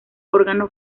órgano